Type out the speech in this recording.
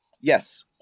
Yes